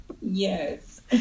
Yes